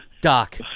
Doc